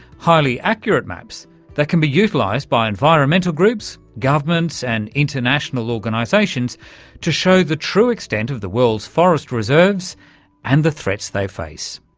highly accurate maps that can be utilised by environmental groups, governments and international organisations to show the true extent of the world's forest reserves and the threats they face.